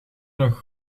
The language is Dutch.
nog